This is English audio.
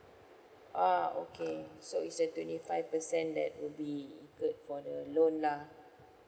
ah okay so it's a twenty five percent that will be incurred for the loan lah